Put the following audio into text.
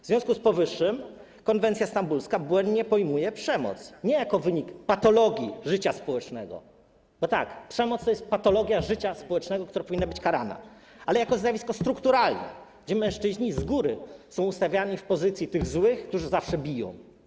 W związku z powyższym konwencja stambulska błędnie pojmuje przemoc: nie jako wynik patologii życia społecznego - no tak, przemoc to jest patologia życia społecznego, która powinna być karana - ale jako zjawisko strukturalne, gdzie mężczyźni z góry są ustawiani w pozycji tych złych, którzy zawsze biją.